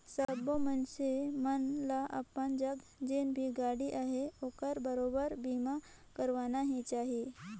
सबो मइनसे मन ल अपन जघा जेन भी गाड़ी अहे ओखर बरोबर बीमा करवाना ही चाही